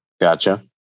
Gotcha